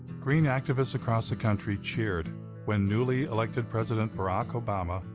green activists across the country cheered when newly elected president, barack obama,